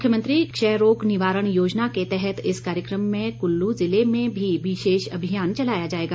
मुख्यमंत्री क्षयरोग निवारण योजना के तहत इस कार्यक्रम में कुल्लू जिले में भी विशेष अभियान चलाया जाएगा